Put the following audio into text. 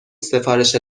سفارش